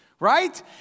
Right